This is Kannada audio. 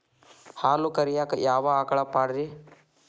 ಹಾಲು ಕರಿಯಾಕ ಯಾವ ಆಕಳ ಪಾಡ್ರೇ?